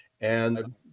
and-